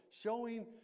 showing